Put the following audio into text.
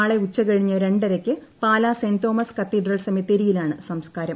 നാളെ ഉച്ചകഴിഞ്ഞ് രണ്ടരയ്ക്ക് പാലാ സെന്റ് തോമസ് കത്തിഡ്രൽ സെമിത്തേരിയിലാണ് സംസ്ക്കാരം